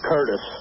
Curtis